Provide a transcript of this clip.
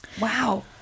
Wow